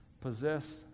possess